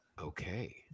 Okay